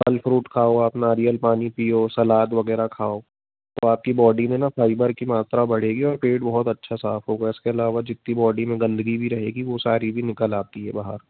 फल फ़्रूट खाओ आप नारियल पानी पीयो सलाद वग़ैरह खाओ तो आपकी बॉडी में ना फ़ाइबर की मात्रा बढ़ेगी और पेट बहुत अच्छा साफ़ होगा उसके अलावा जितनी बॉडी में गंदगी भी रहेगी वह सारी भी निकल आती है बाहर